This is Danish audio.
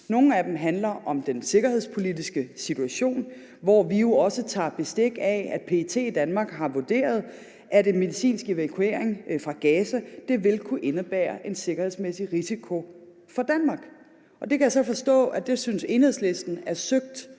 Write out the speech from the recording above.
Nogle af dem handler om den sikkerhedspolitiske situation, hvor vi jo også tager bestik af, at PET i Danmark har vurderet, at en medicinsk evakuering fra Gaza vil kunne indebære en sikkerhedsmæssig risiko for Danmark. Jeg kan så forstå, at Enhedslisten synes,